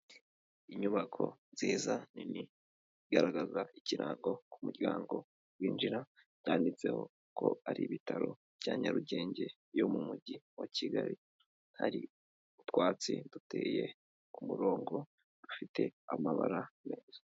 Inyubako nziza nini igaragaza ikirango ku muryango winjira, cyanditseho ko ari ibitaro bya Nyarugenge yo mu mujyi wa Kigali. Hari utwatsi duteye ku murongo dufite amabara meza.